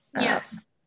yes